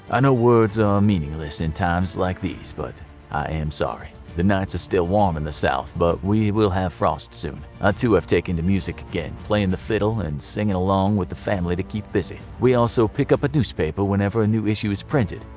i know words are meaningless in times like this, but i am sorry. the nights are still warm in the south, but we will have frost soon. i ah too have taken to music again, playing the fiddle and singing along with the family to keep busy. we also pick up a newspaper whenever a new issue is printed.